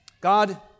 God